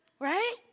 Right